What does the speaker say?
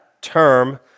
term